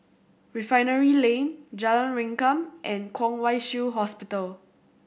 Refinery Lane Jalan Rengkam and Kwong Wai Shiu Hospital